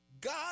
God